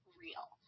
real